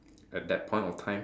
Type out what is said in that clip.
at that point of time